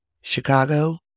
Chicago